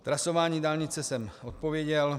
Trasování dálnice jsem odpověděl.